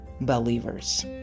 Believers